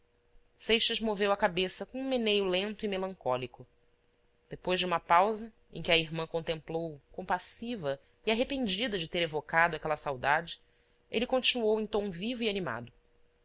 seixas moveu a cabeça com um meneio lento e melancólico depois de uma pausa em que a irmã contemplou compassiva e arrependida de ter evocado aquela saudade ele continuou em tom vivo e animado